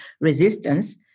resistance